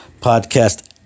Podcast